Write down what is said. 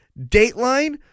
dateline